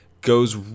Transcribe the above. goes